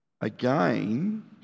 again